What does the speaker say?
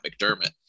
McDermott